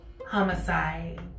Homicide